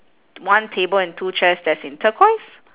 one table and two chairs that's in turquoise